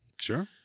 Sure